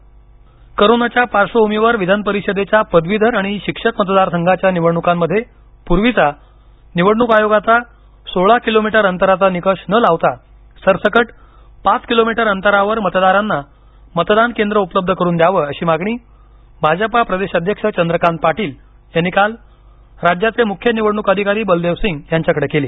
विधानपरिषद करोनाच्या पार्क्षभूमीवर विधान परिषदेच्या पदवीधर आणि शिक्षक मतदार संघाच्या निवडणुकांमध्ये पूर्वीचा निवडणुक आयोगाचा सोळा किलोमीटर अंतराचा निकष नं लावता सरसकट पाच किलोमीटर अंतरावर मतदारांना मतदान केंद्र उपलब्ध करून द्यावं अशी मागणी भाजपा प्रदेश अध्यक्ष चंद्रकांत पाटील यांनी काल राज्याचे मुख्य निवडणूक अधिकारी बलदेव सिंग यांच्याकडं केली